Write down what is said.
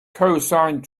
cosine